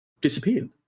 disappeared